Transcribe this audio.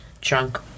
drunk